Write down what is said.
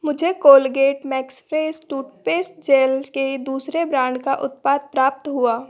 मुझे Colgate max fresh toothpaste gel के दूसरे ब्रांड का उत्पाद प्राप्त हुआ